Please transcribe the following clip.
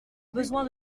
besoin